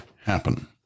happen